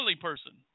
person